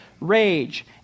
rage